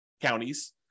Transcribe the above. counties